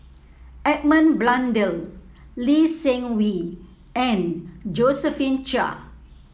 Edmund Blundell Lee Seng Wee and Josephine Chia